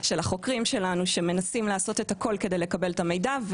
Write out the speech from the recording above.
של החוקרים שלנו שמנסים לעשות הכול כדי לקבל את המידע,